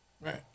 Right